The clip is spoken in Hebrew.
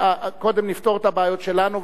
קודם נפתור את הבעיות שלנו,